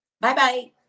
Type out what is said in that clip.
Bye-bye